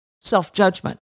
self-judgment